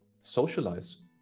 socialize